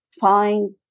find